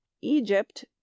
Egypt